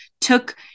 took